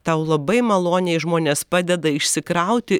tau labai maloniai žmonės padeda išsikrauti